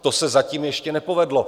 To se zatím ještě nepovedlo.